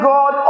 God